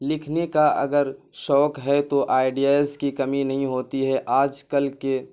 لکھنے کا اگر شوق ہے تو آئیڈییز کی کمی نہیں ہوتی ہے آج کل کے